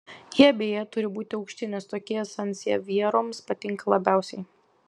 jie beje turi būti aukšti nes tokie sansevjeroms patinka labiausiai